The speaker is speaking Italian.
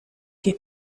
che